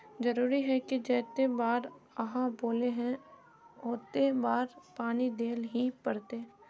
जरूरी है की जयते बार आहाँ बोले है होते बार पानी देल ही पड़ते?